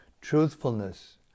Truthfulness